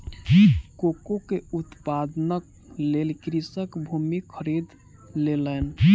cocoa के उत्पादनक लेल कृषक भूमि खरीद लेलैन